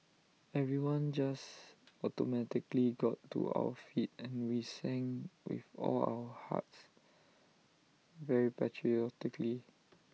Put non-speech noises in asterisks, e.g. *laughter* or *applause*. everyone just *noise* automatically got to our feet and we sang with all of our hearts very patriotically